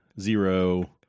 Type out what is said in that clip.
zero